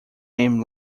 name